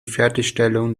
fertigstellung